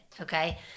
okay